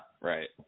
right